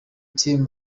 team